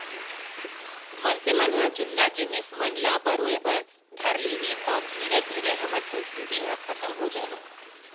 मनसे मन ह जुन्ना जिनिस मन ल बरोय बर धर लिही तौ धीरे धीरे हमर संस्कृति ह खतम हो जाही